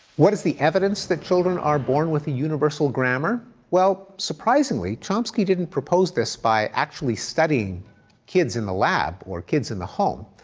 what is the evidence that children are born with a universal grammar? well, surprisingly, chomsky didn't propose this by actually studying kids in the lab or kids in the home,